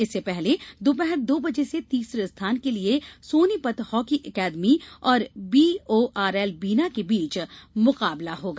इससे पहले दोपहर दो बजे से तीसरे स्थान के लिए सोनीपत हॉकी अकादमी और बीओआरएल बीना के बीच मुकाबला होगा